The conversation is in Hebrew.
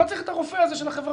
הוא לא צריך את הרופא הזה של החברה.